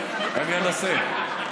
אנסה.